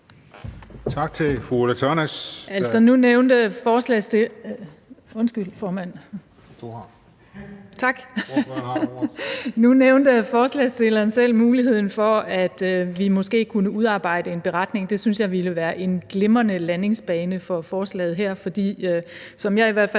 nævnte ordføreren for forslagsstillerne selv muligheden for, at vi måske kunne udarbejde en beretning. Det synes jeg ville være en glimrende landingsbane for forslaget her, for som jeg i hvert fald